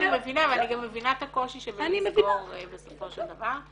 אני מבינה ואני גם מבינה את הקושי שבלסגור בסופו של דבר.